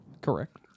Correct